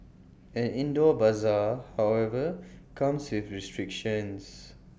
an indoor Bazaar however comes with restrictions